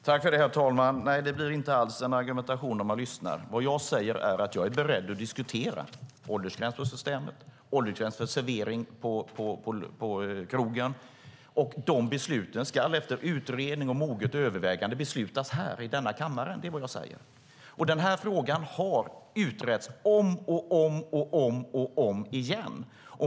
Herr talman! Nej, det blir inte alls den slutsatsen. Vad jag säger är att jag är beredd att diskutera åldersgränsen på Systemet och för servering på krogen. De besluten ska efter utredning och moget övervägande fattas här i kammaren. Det är vad jag säger. Den här frågan har utretts om och om igen.